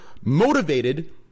motivated